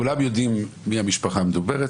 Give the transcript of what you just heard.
כולם יודעים מי המשפחה המדוברת,